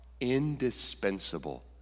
indispensable